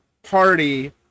Party